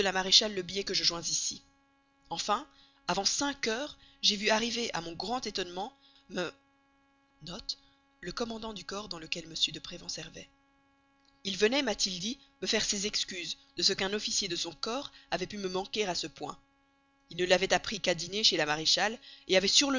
le billet que je joins ici enfin avant cinq heures j'ai vu arriver à mon grand étonnement m il venait m'a-t-il dit me faire des excuses de ce qu'un officier de son corps avait pu me manquer à ce point il ne l'avait appris qu'à dîner chez la maréchale avait